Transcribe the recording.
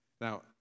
Now